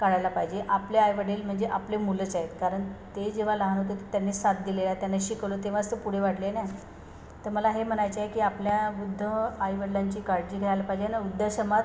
काढायला पाहिजे आपले आईवडील म्हणजे आपले मुलंच आहेत कारण ते जेव्हा लहान होते त्यांनी साथ दिलेली आहे त्यांनी शिकवलं तेव्हाच ते पुढे वाढले आहे ना तर मला हे म्हणायचे आहे की आपल्या वृद्ध आईवडिलांची काळजी घ्यायला पाहिजे आणि वृद्धाश्रमात